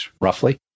roughly